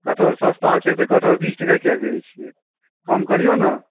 कटहर सस्ता छै तऽ कटहर बीस टके किएक कहै छिए कम करिऔ ने